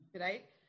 right